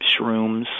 shrooms